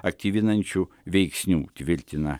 aktyvinančių veiksnių tvirtina